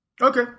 Okay